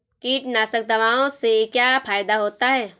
कीटनाशक दवाओं से क्या फायदा होता है?